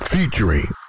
Featuring